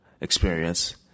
experience